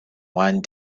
one